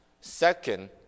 Second